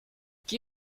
qui